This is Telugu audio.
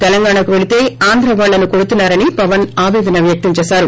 తెలంగాణకు పెళ్తే ఆంధ్రా వాళ్లను కొడుతున్నా రని పవన్ ఆవేదన వ్యక్తం చేసారు